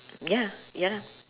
ya ya lah